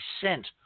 sent